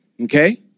okay